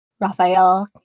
Raphael